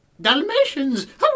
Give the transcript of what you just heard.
Dalmatians